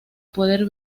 poder